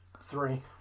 Three